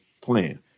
plan